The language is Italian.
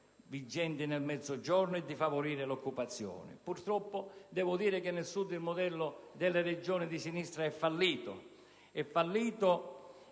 vigenti nel Mezzogiorno e di favorire l'occupazione. Purtroppo, nel Sud il modello delle Regioni della sinistra è fallito